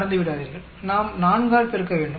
மறந்துவிடாதீர்கள் நாம் 4 ஆல் பெருக்க வேண்டும்